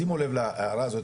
שימו לב להערה הזאת,